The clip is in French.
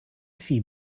fit